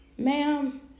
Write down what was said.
Ma'am